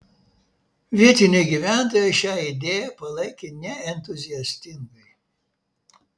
vietiniai gyventojai šią idėją palaikė neentuziastingai